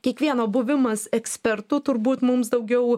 kiekvieno buvimas ekspertu turbūt mums daugiau